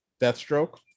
Deathstroke